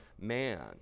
man